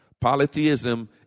Polytheism